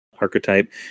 archetype